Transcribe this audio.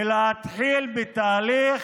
ולהתחיל בתהליך